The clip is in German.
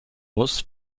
muss